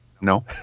No